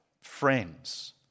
Friends